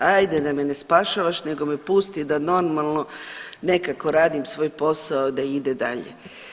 Hajde da me ne spašavaš, nego me pusti da normalno nekako radim svoj posao, da ide dalje.